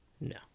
No